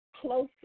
close